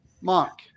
Mark